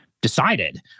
decided